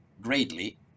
greatly